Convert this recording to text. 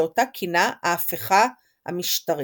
שאותה כינה "ההפיכה המשטרית".